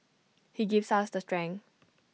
he gives us the strength